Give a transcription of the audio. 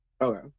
Okay